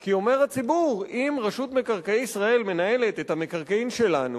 כי אומר הציבור: אם רשות מקרקעי ישראל מנהלת את המקרקעין שלנו,